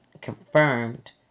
confirmed